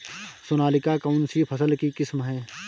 सोनालिका कौनसी फसल की किस्म है?